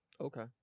okay